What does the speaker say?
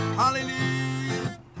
Hallelujah